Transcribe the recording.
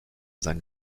sein